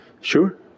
Sure